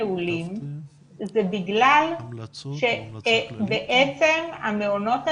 נעולים זה בגלל שבעצם המעונות הנעולים,